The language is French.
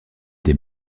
des